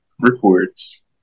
reports